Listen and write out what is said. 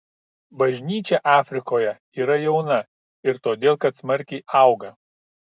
bažnyčia afrikoje yra jauna ir todėl kad smarkiai auga